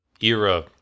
era